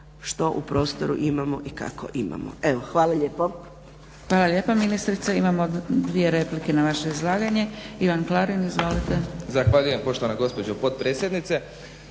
što u prostoru imamo i kako imamo. Evo hvala lijepo.